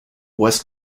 west